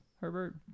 Herbert